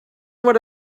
what